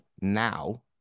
now